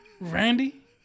Randy